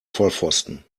vollpfosten